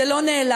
לא, זה לא נעלם.